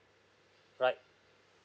right